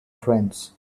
friends